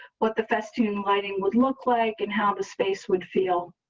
what the fest tune lighting would look like and how the space would feel